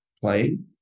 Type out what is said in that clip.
playing